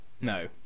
no